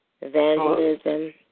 evangelism